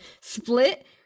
split